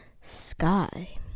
sky